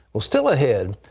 well, still ahead,